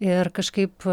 ir kažkaip